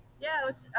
yes.